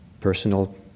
personal